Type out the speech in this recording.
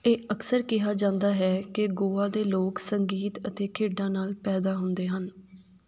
ਇਹ ਅਕਸਰ ਕਿਹਾ ਜਾਂਦਾ ਹੈ ਕਿ ਗੋਆ ਦੇ ਲੋਕ ਸੰਗੀਤ ਅਤੇ ਖੇਡਾਂ ਨਾਲ ਪੈਦਾ ਹੁੰਦੇ ਹਨ